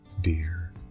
dear